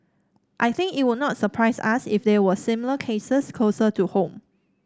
I think it would not surprise us if there were similar cases closer to home